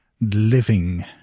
living